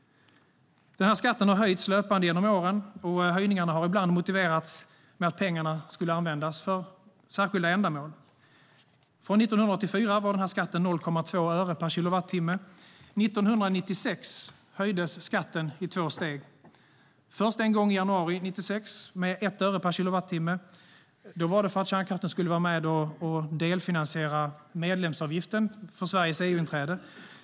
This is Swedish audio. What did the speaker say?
Skatten har höjts löpande genom åren, och höjningarna har ibland motiverats med att pengarna skulle användas för särskilda ändamål. Från 1984 var skatten 0,2 öre per kilowattimme. 1996 höjdes skatten i två steg. Först höjdes den en gång i januari 1996 med 1 öre per kilowattimme. Detta gjordes för att kärnkraften skulle vara med och delfinansiera medlemsavgiften för Sveriges EU-inträde.